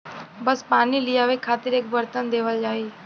बस पानी लियावे खातिर एक बरतन देवल जाई